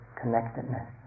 connectedness